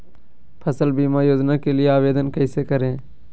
फसल बीमा योजना के लिए आवेदन कैसे करें?